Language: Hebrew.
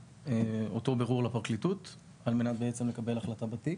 אותו בירור לפרקליטות על מנת לקבל החלטה בתיק.